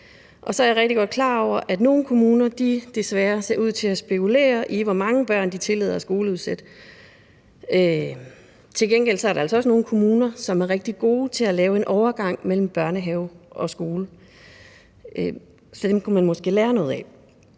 er jeg godt klar over, at nogle kommuner desværre ser ud til at spekulere i, hvor mange børn de tillader at skoleudsætte, men til gengæld er der altså også nogle kommuner, som er rigtig gode til at lave en overgang mellem børnehave og skole. Dem kunne man måske lære noget af.